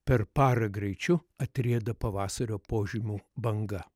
per parą greičiu atrieda pavasario požymių banga